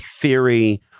theory